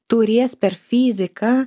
turės per fiziką